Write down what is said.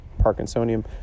Parkinsonium